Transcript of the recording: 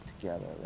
together